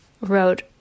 wrote